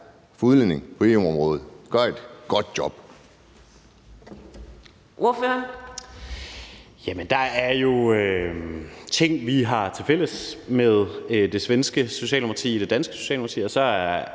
for udlændinge på EU-området gør et godt job.